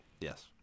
Yes